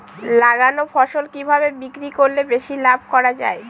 লাগানো ফসল কিভাবে বিক্রি করলে বেশি লাভ করা যায়?